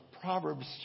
Proverbs